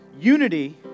Unity